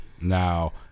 Now